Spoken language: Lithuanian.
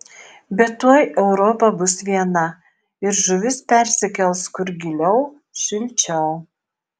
bet tuoj europa bus viena ir žuvis persikels kur giliau šilčiau